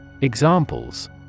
Examples